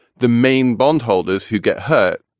the main bondholders who get hurt,